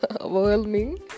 overwhelming